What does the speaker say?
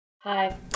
Hi